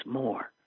more